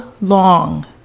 long